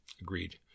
Agreed